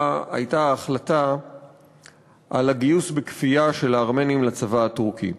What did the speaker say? ההחלטה על הגיוס בכפייה של הארמנים לצבא הטורקי.